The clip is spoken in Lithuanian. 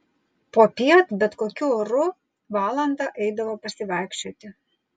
popiet bet kokiu oru valandą eidavo pasivaikščioti